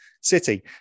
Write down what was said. City